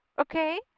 Okay